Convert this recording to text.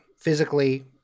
physically